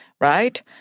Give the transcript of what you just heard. right